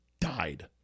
died